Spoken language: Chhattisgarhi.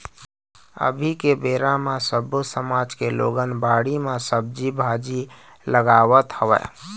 अभी के बेरा म सब्बो समाज के लोगन बाड़ी म सब्जी भाजी लगावत हवय